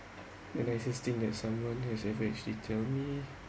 and I just think that someone who has actually tell me